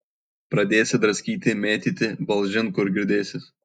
pradėsi draskyti mėtyti balažin kur girdėsis